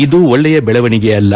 ಇದು ಒಳ್ಳೆಯ ಬೆಳವಣಿಗೆ ಅಲ್ಲ